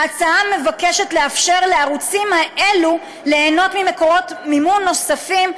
ההצעה מבקשת לאפשר לערוצים האלה ליהנות ממקורות מימון נוספים,